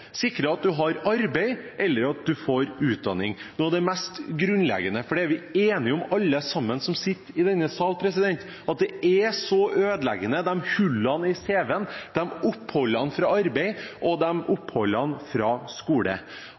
mest grunnleggende, for det er vi enige om, alle vi som sitter i denne salen: De er så ødeleggende, de hullene i CV-en, de oppholdene fra arbeid og de oppholdene fra skole.